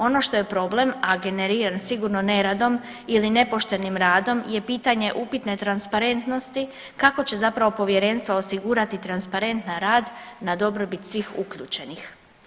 Ono što je problem, a generiran sigurno neradom ili nepoštenim radom je pitanje upitne transparentnosti kako će zapravo povjerenstva osigurati transparentan rad na dobrobit svih uključenih.